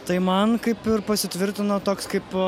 tai man kaip ir pasitvirtino toks kaip